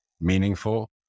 meaningful